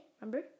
Remember